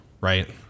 right